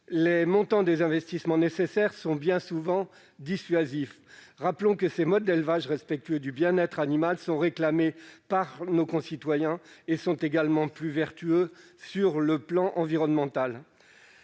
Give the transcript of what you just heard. les montants des investissements nécessaires sont bien souvent dissuasifs. Ces modes d'élevage respectueux du bien-être animal sont réclamés par nos concitoyens et sont également plus vertueux sur le plan environnemental.